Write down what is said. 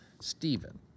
Stephen